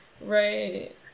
right